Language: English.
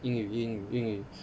英语英语英语